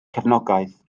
cefnogaeth